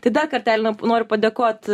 tai dar kartelį noriu padėkot